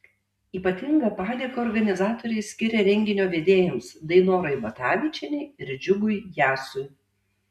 ypatingą padėką organizatoriai skiria renginio vedėjams dainorai batavičienei ir džiugui jasui